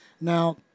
Now